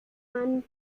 man